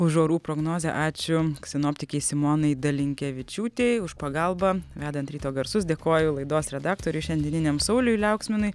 už orų prognozę ačiū sinoptikei simona dalinkevičiūtei už pagalbą vedant ryto garsus dėkoju laidos redaktoriui šiandieniniam sauliui liauksminui